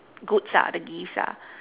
goods ah the gifts ah